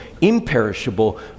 imperishable